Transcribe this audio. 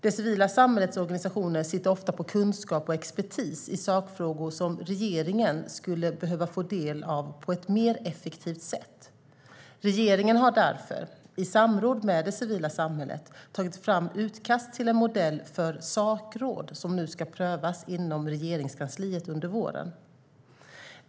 Det civila samhällets organisationer sitter ofta på kunskap och expertis i sakfrågor som regeringen skulle behöva få del av på ett mer effektivt sätt. Regeringen har därför i samråd med det civila samhället tagit fram utkast till en modell för sakråd som nu ska prövas inom Regeringskansliet under våren.